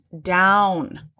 down